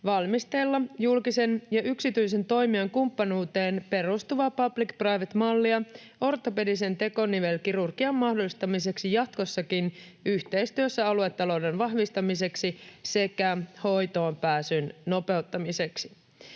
valmistella julkisen ja yksityisen toimijan kumppanuuteen perustuvaa public—private-mallia ortopedisen tekonivelkirurgian mahdollistamiseksi jatkossakin yhteistyössä aluetalouden vahvistamiseksi sekä hoitoon pääsyn nopeuttamiseksi.